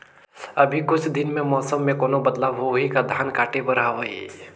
अभी कुछ दिन मे मौसम मे कोनो बदलाव होही का? धान काटे बर हवय?